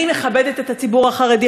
אני מכבדת את הציבור החרדי,